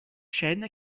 chaine